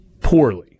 poorly